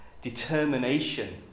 determination